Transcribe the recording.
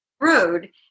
road